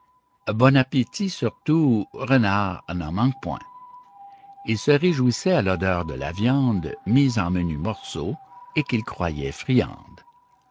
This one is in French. bon appétit surtout renards n'en manquent point il se réjouissait à l'odeur de la viande mise en menus morceaux et qu'il croyait friande